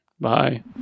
Bye